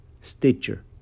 Stitcher